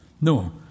No